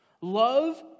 Love